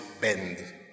bend